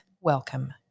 welcome